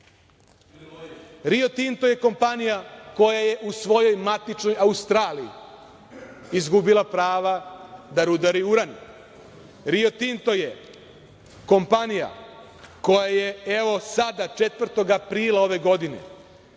Tinto je kompanija koja je u svojoj matičnoj Australiji izgubila prava da rudari uranijum. Rio Tinto je kompanija, koja je evo sada 4. aprila ove godine